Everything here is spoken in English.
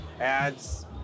ads